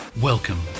Welcome